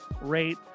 rate